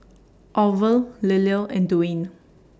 Orvel Liller and Dwaine